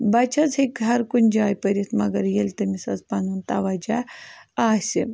بَچہِ حظ ہیٚکہِ ہَر کُنہِ جایہِ پٔرِتھ مگر ییٚلہِ تٔمِس حظ پَنُن تَوَجہ آسہِ